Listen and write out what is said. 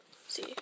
see